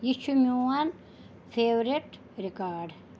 یہِ چھُ میون فیورِٹ رِکاڈ